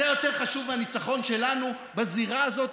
זה יותר חשוב מהניצחון שלנו בזירה הזאת,